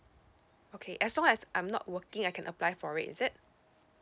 okay as long as I'm not working I can apply for it is it